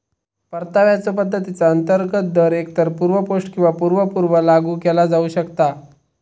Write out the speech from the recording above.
परताव्याच्यो पद्धतीचा अंतर्गत दर एकतर पूर्व पोस्ट किंवा पूर्व पूर्व लागू केला जाऊ शकता